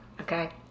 okay